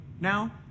now